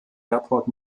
airport